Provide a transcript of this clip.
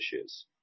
issues